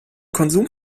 konsum